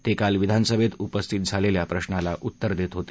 ते काल विधानसभेत उपस्थित झालेल्या प्रशाला उत्तर देत होते